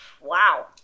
Wow